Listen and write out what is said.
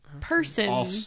Person